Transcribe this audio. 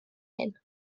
hyn